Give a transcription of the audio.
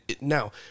now